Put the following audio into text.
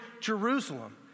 Jerusalem